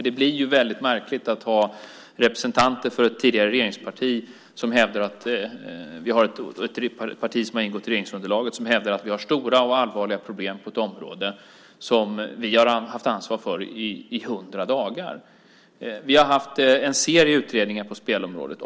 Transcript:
Det blir väldigt märkligt när representanter för ett parti som tidigare ingått i regeringsunderlaget hävdar att vi har stora och allvarliga problem på ett område som vi har haft ansvar för i 100 dagar. Vi har haft en serie utredningar om spelområdet.